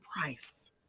price